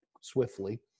swiftly